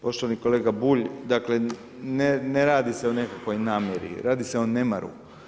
Poštovani kolega Bulj, dakle ne radi se o nekakvoj namjeri, radi se o nemaru.